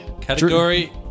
Category